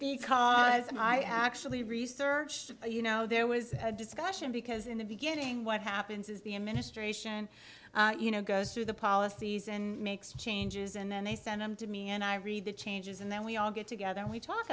because i actually researched it you know there was discussion because in the beginning what happens is the administration you know goes through the policies and makes changes and then they send them to me and i read the changes and then we all get together and we talk